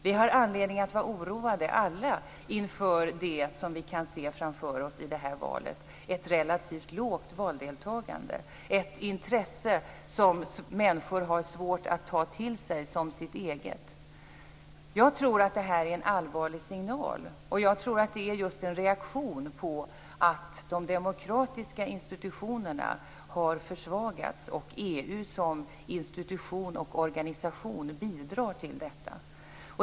Vi har alla anledning att vara oroade inför det som vi kan se framför oss i det här valet, ett relativt lågt valdeltagande, ett intresse som människor har svårt att ta till sig som sitt eget. Jag tror att det här är en allvarlig signal, och jag tror att det är just en reaktion på att de demokratiska institutionerna har försvagats. EU som institution och organisation bidrar till detta.